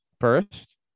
First